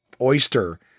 Oyster